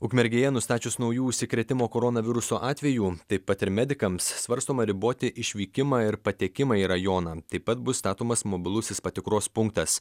ukmergėje nustačius naujų užsikrėtimo koronavirusu atvejų taip pat ir medikams svarstoma riboti išvykimą ir patekimą į rajoną taip pat bus statomas mobilusis patikros punktas